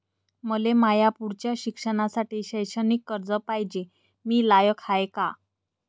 मले माया पुढच्या शिक्षणासाठी शैक्षणिक कर्ज पायजे, मी लायक हाय का?